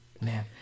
Man